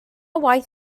waith